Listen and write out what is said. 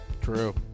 True